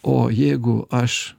o jeigu aš